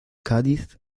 cádiz